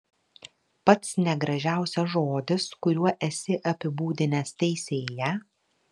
pats negražiausias žodis kuriuo esi apibūdinęs teisėją